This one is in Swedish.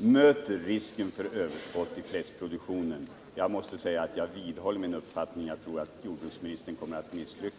avvärjer risken för överskott i fläskproduktionen. Jag måste säga att jag vidhåller min uppfattning — jag tror att jordbruksministern kommer att misslyckas.